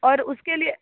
और उसके लिए